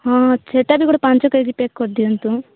ହଁ ସେଇଟା ବି ଗୋଟେ ପାଞ୍ଚ କେ ଜି ପ୍ୟାକ୍ କରିଦିଅନ୍ତୁ